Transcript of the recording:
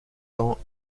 temps